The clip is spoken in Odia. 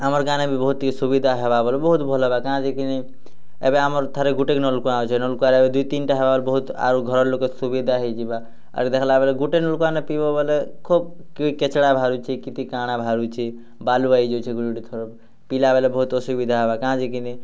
ଆମର୍ ଗାଁରେ ବି ବୋହୁତ୍ ଟିକେ ସୁବିଧା ହେବା ବୋଲେ ବୋହୁତ୍ ଭଲ୍ ହେବା କାଁ ଯେ କି ନେଇଁ ଏବେ ଆମର୍ ଠାରେ ଗୋଟେ ନଲ୍କୁଆଁ ଅଛେ ନଲ୍କୁଆଁ ଏବେ ଦୁଇ ତିନଟା ହେବା ବେଲେ ବୋହୁତ୍ ଆରୁ ଘରର୍ ଲୋକେ ସୁବିଧା ହେଇଯିବା ଆରୁ ଦେଖ୍ଲା ବେଲେ ଗୋଟେନୁ ନଲକୁଆଁନେ ପିଇବ ବୋଲେ ଖୋବ୍ କେଚ୍ଡ଼ା ବାହାରୁଛେ କିତି କାଣା ଭାରୁଛି ବାଲ୍ ବାହାରି ଯାଉଛେ ଗୋଟେ ଗୋଟେ ଥର ପିଇଲା ବେଲେ ବୋହୁତ୍ ଅସୁବିଧା ହେବା କାଁ ଯେ କି ନେଇଁ